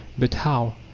but how?